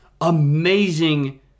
amazing